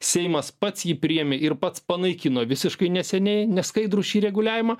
seimas pats jį priėmė ir pats panaikino visiškai neseniai neskaidrų šį reguliavimą